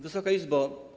Wysoka Izbo!